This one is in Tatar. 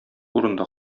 урында